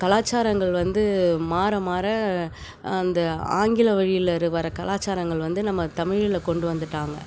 கலாச்சாரங்கள் வந்து மாற மாற அந்த ஆங்கில வழியில் வர கலாச்சாரங்கள் வந்து நம்ம தமிழ்ல கொண்டு வந்துட்டாங்க